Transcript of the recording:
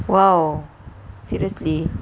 !wow! seriously